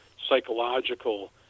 psychological